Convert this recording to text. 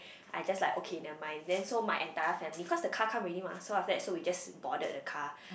I just like okay never mind then so my entire family cause the car come already mah so after that so we just boarded the car